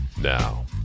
Now